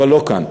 אבל לא כאן.